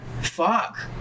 Fuck